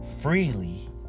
freely